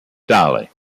dolly